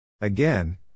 Again